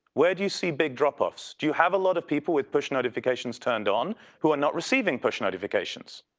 where do you see big drop-offs? do you have a lot of people with push notifications turned on who are not receiving push notifications?